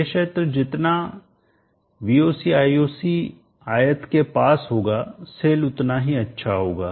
यह क्षेत्र जितना VocIsc आयत के पास होगा सेल उतना ही अच्छा होगा